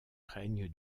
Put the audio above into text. règne